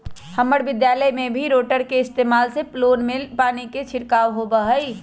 हम्मर विद्यालय में भी रोटेटर के इस्तेमाल से लोन में पानी के छिड़काव होबा हई